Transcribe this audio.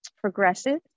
progressive